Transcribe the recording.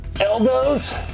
elbows